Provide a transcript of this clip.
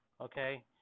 okay